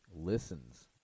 listens